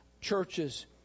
churches